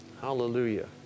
Hallelujah